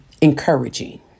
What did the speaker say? encouraging